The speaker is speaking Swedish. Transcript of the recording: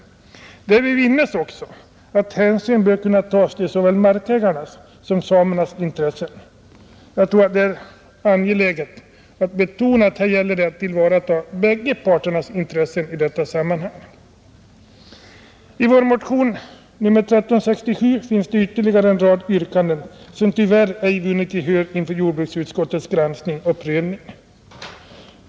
Därmed vinnes också att hänsyn bör kunna tas till såväl markägarnas som samernas intressen. Jag tror det är angeläget att betona att det gäller att tillvarata båda parternas intressen i det fallet. I vår motion 1367 finns ytterligare en rad yrkanden, som tyvärr inte har vunnit jordbruksutskottets gehör vid utskottets granskning och prövning.